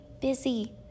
busy